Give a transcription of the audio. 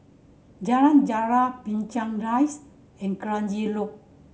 Jalan Jarak Binchang Rise and Kranji Loop